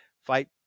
fight